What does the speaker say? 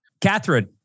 Catherine